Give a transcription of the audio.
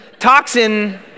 Toxin